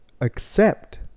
accept